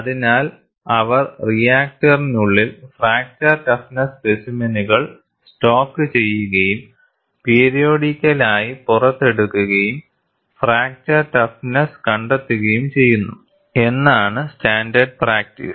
അതിനാൽ അവർ റിയാക്ടറിനുള്ളിൽ ഫ്രാക്ചർ ടഫ്നെസ്സ് സ്പെസിമെനുകൾ സ്റ്റോക്ക് ചെയ്യുകയും പീരിയോഡിക്കൽ ആയി പുറത്തെടുക്കുകയും ഫ്രാക്ചർ ടഫ്നെസ്സ് കണ്ടെത്തുകയും ചെയ്യുന്നു എന്താന്നെന്ന് സ്റ്റാൻഡേർഡ് പ്രാക്ടീസ്